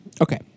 Okay